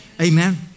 Amen